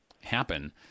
happen